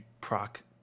proc